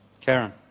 Karen